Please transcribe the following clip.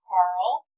Carl